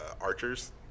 archers